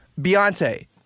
Beyonce